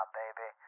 baby